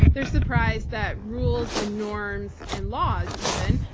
they're surprised that rules and norms and laws even,